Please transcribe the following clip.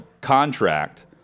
contract